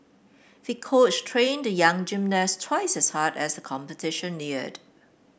the coach trained the young gymnast twice as hard as the competition neared